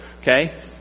Okay